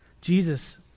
Jesus